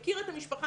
מכיר את המשפחה,